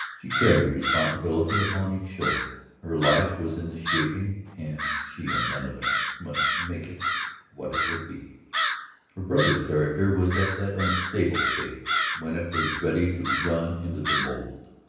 she carried responsibility upon each shoulder her life was in the shaping and she and none other must make it what it would be her brother's character was at that unstable stage when it was ready to run into the mould.